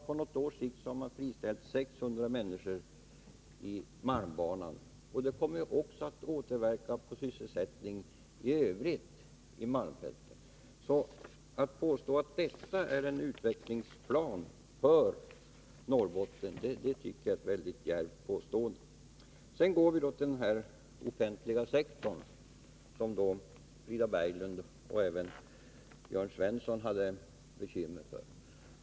På något års sikt har man därtill friställt 600 människor på malmbanan, och det kommer att återverka på sysselsättningen i övrigt i malmfälten. Att påstå att detta är en utvecklingsplan för Norrbotten tycker jag är mycket djärvt. Sedan går vi över till den offentliga sektorn som Frida Berglund och även Jörn Svensson hade bekymmer för.